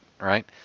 right